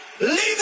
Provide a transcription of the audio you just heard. Leave